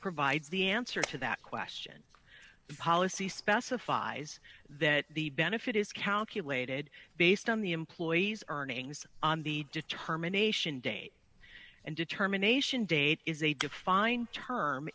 provides the answer to that question the policy specifies that the benefit is calculated based on the employee's earnings on the determination date and determination date is a defined term